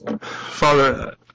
Father